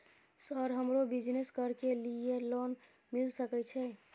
Sir हमरो business करके ली ये लोन मिल सके छे?